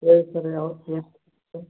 ಹೇಳಿ ಸರ್ ಯಾವತ್ತಿಗೆ